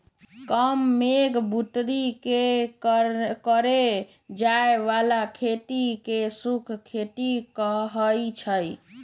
कम मेघ बुन्नी के करे जाय बला खेती के शुष्क खेती कहइ छइ